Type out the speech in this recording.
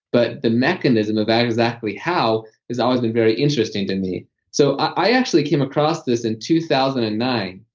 but the mechanism of exactly how has always been very interesting to me so i actually came across this in two thousand and nine.